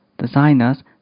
designers